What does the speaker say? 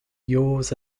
yours